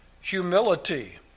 humility